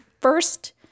first